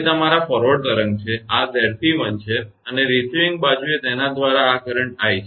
તે તમારા ફોરવર્ડ તરંગ છે અને આ 𝑍𝑐1 છે અને રિસીવીંગ બાજુએ તેના દ્વારા આ કરંટ i છે